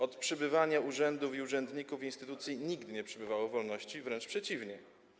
Od przybywania urzędów, urzędników i instytucji nigdy nie przybywało wolności, wręcz przeciwnie.